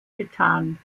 getan